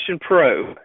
pro